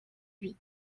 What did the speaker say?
huit